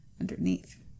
underneath